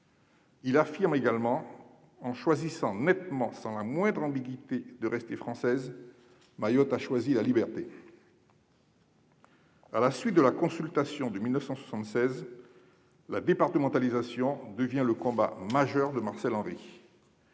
Il affirme également :« En choisissant nettement, sans la moindre ambiguïté, de rester française, Mayotte a choisi la liberté. » À la suite de la consultation de 1976, la départementalisation devient le combat majeur de Marcel Henry.